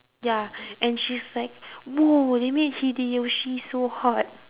ya and she's like !whoa! they made hideyoshi so hot